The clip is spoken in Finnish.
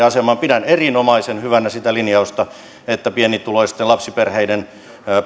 asemaan pidän erinomaisen hyvänä sitä linjausta että pienituloisten lapsiperheiden